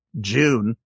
June